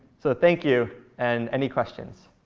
so thank you and any questions.